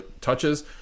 touches